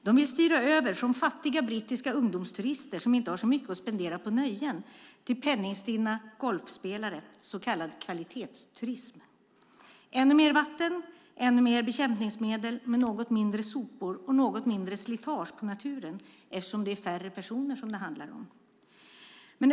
De vill styra över från fattiga brittiska ungdomsturister som inte har så mycket att spendera på nöjen till penningstinna golfspelare, så kallad kvalitetsturism. Det innebär ännu mer vatten, ännu mer bekämpningsmedel men något mindre sopor och något mindre slitage på naturen eftersom det handlar om färre personer.